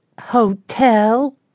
hotel